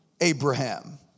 Abraham